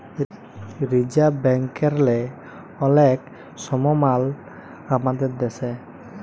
reserve ব্যাংকেরলে অলেক সমমাল আমাদের দ্যাশে